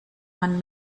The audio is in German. man